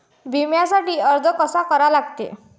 बिम्यासाठी अर्ज कसा करा लागते?